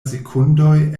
sekundoj